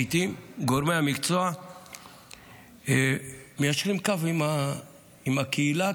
שגורמי המקצוע מיישרים קו עם הקהילה,